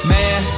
Man